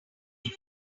idea